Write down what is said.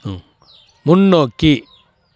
ம் முன்னோக்கி